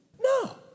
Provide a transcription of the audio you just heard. No